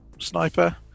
Sniper